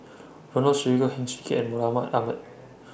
Ronald Susilo Heng Swee Keat and Mohamed Ahmed